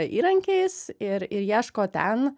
įrankiais ir ir ieško ten